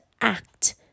act